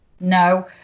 No